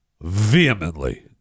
vehemently